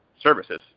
services